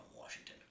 Washington